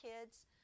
kids